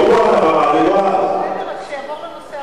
אני לא רשומה כאן.